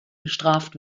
bestraft